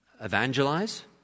evangelize